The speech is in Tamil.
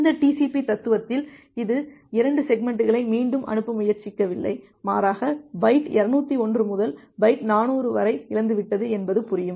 இந்த TCP தத்துவத்தில் இது 2 செக்மெண்ட்களை மீண்டும் அனுப்ப முயற்சிக்கவில்லை மாறாக பைட் 201 முதல் பைட் 400 வரை இழந்துவிட்டது என்பது புரியும்